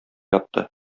ятты